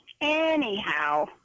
anyhow